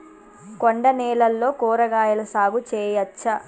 కొండ నేలల్లో కూరగాయల సాగు చేయచ్చా?